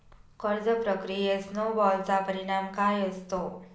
कर्ज प्रक्रियेत स्नो बॉलचा परिणाम काय असतो?